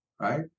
right